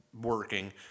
working